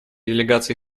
делегации